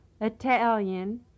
Italian